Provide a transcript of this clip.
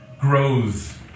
grows